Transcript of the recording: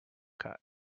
cut